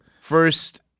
First